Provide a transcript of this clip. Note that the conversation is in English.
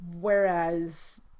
Whereas